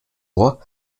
ohr